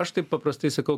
aš taip paprastai sakau